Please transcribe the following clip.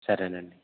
సరే అండి